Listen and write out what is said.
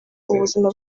ubuzima